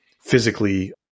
physically